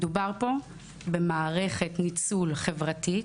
מדובר פה במערכת ניצול חברתית